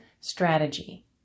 strategy